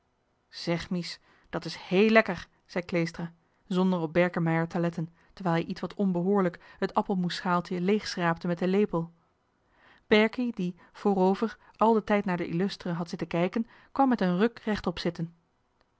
zeg mies dat is heel lekker zei kleestra zonder op berkemeier te letten terwijl hij ietwat onbehoorlijk johan de meester de zonde in het deftige dorp het appelmoes schaaltje leeg schraapte met den lepel berkie die voorover al den tijd naar den illustere had zitten kijken kwam met een ruk rechtop zitten